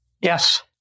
Yes